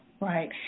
right